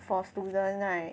for student right